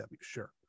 Sure